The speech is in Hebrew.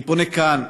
אני פונה כאן,